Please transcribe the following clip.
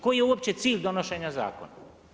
Koji je uopće cilj donošenja zakona?